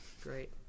Great